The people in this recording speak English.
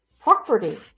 property